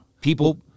people